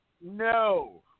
No